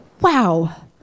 wow